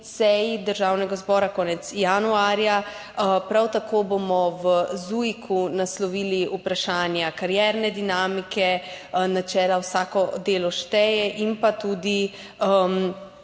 Državnega zbora, konec januarja. Prav tako bomo v ZUJIK naslovili vprašanja karierne dinamike, načela Vsako delo šteje in tudi